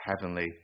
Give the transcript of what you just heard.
heavenly